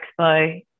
Expo